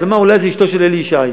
אז אמר: אולי זה אשתו של אלי ישי.